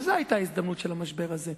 וזו היתה ההזדמנות של המשבר הזה,